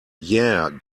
yeah